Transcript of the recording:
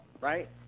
right